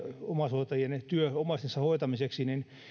omaishoitajien työ omaistensa hoitamiseksi saataisiin